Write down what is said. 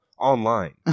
online